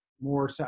more